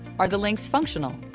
are the links functional?